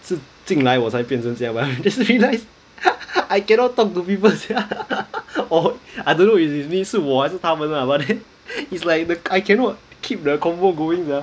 是近来我才变成这样 I just realise I cannot talk to people sia or I don't know if it's me 是我还是他们 lah but then it's like the I cannot keep the convo going sia